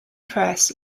press